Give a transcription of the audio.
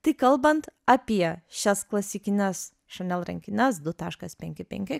tai kalbant apie šias klasikines chanel rankines du taškas penki penki